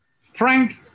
Frank